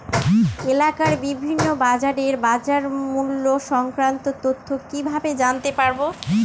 এলাকার বিভিন্ন বাজারের বাজারমূল্য সংক্রান্ত তথ্য কিভাবে জানতে পারব?